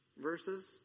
verses